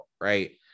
right